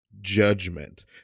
judgment